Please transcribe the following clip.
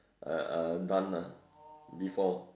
uh uh done lah before